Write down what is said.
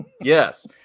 Yes